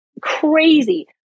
Crazy